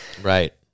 Right